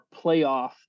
playoff